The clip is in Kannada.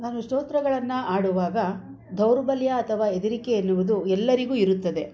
ನಾನು ಸ್ತೋತ್ರಗಳನ್ನು ಹಾಡುವಾಗ ದೌರ್ಬಲ್ಯ ಅಥವಾ ಹೆದರಿಕೆ ಎನ್ನುವುದು ಎಲ್ಲರಿಗೂ ಇರುತ್ತದೆ